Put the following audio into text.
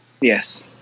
Yes